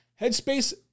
Headspace